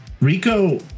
Rico